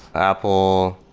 apple,